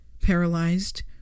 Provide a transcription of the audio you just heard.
Paralyzed